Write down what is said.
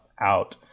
out